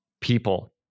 people